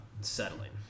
settling